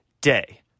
day